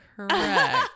Correct